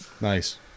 Nice